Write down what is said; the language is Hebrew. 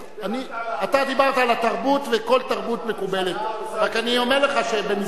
אז, אני לא ביקשתי פרשנות, אני בירכתי על ההחלטה.